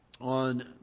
on